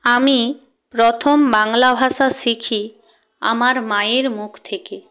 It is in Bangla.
আমি প্রথম বাংলা ভাষা শিখি আমার মায়ের মুখ থেকে